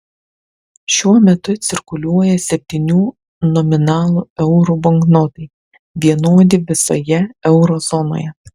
šiuo metu cirkuliuoja septynių nominalų eurų banknotai vienodi visoje euro zonoje